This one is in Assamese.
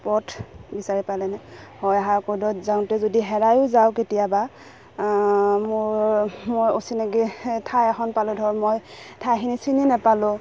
পথ বিচাৰি পালেনে হয় হাই কৰ্টত যাওঁতে যদি হেৰায়ো যাওঁ কেতিয়াবা মোৰ মই অচিনাকি ঠাই এখন পালোঁ ধৰ মই ঠাইখিনি চিনি নোপালোঁ